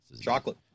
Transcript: Chocolate